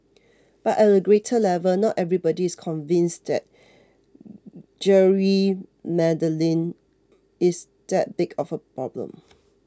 but at a greater level not everybody is convinced that gerrymandering is that big of a problem